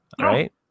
right